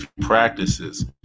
practices